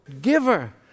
giver